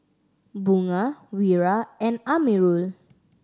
Bunga Wira and Amirul